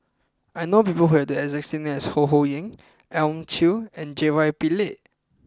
I know people who have the exact name as Ho Ho Ying Elim Chew and J Y Pillay